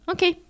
Okay